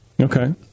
Okay